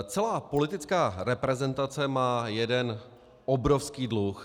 Celá politická reprezentace má jeden obrovský dluh.